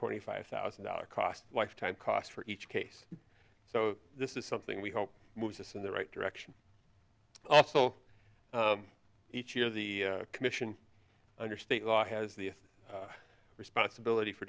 twenty five thousand dollars cost lifetime cost for each case so this is something we hope moves us in the right direction also each year the commission under state law has the responsibility for